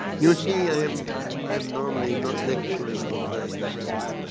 you see i am i am normally not lecturing on rites, i mean.